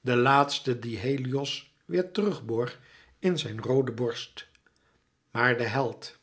de laatste die helios weêr terug borg in zijn roode borst maar de held